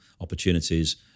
opportunities